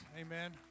Amen